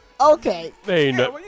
Okay